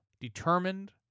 determined